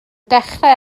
dechrau